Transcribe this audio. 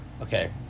Okay